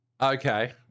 Okay